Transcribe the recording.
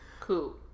Cool